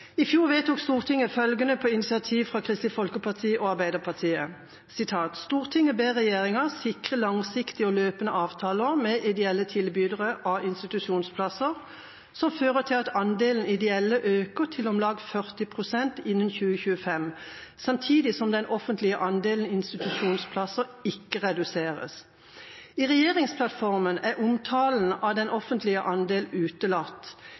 fjor vedtok Stortinget følgende på initiativ fra Kristelig Folkeparti og Arbeiderpartiet: «Stortinget ber regjeringen sikre langsiktige og løpende avtaler med ideelle tilbydere av institusjonsplasser som fører til at andelen ideelle øker til om lag 40 pst. innen 2025, samtidig som den offentlige andelen institusjonsplasser ikke reduseres.» I regjeringsplattformen er omtalen av den offentlige andel utelatt.